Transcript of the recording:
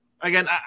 again